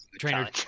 trainer